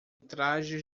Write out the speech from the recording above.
trajes